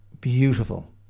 beautiful